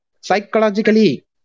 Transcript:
psychologically